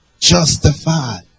Justified